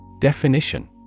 Definition